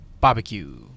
Barbecue